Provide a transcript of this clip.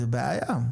זאת בעיה.